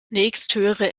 nächsthöhere